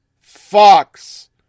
Fox